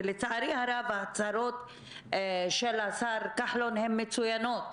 ולצערי הרב ההצהרות של השר כחלון הן מצוינות,